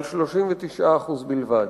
על 39% בלבד.